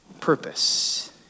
purpose